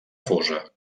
fosa